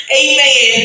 amen